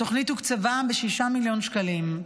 התוכנית תוקצבה ב-6 מיליון שקלים,